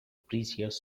precious